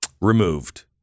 removed